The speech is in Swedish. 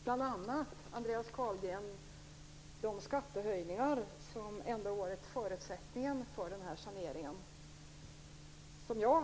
Det gäller bl.a. de skattehöjningar som varit förutsättningen för den här saneringen, Andreas Carlgren.